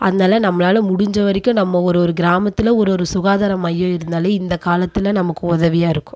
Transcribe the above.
அதனால் நம்மளால முடிஞ்ச வரைக்கும் நம்ம ஒரு ஒரு கிராமத்தில் ஒரு ஒரு சுகாதார மையம் இருந்தால் இந்தக்காலத்தில் நமக்கு உதவியிருக்கும்